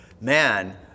man